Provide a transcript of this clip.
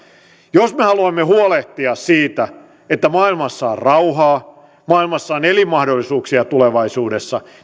jos ma haluamme huolehtia siitä että maailmassa on rauhaa maailmassa on elinmahdollisuuksia tulevaisuudessa